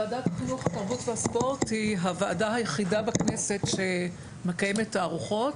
ועדת החינוך התרבות והספורט היא הוועדה היחידה בכנסת שמקיימת תערוכות.